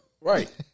Right